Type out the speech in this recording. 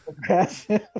progressive